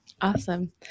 Awesome